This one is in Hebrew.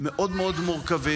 מאוד מאוד מורכבים,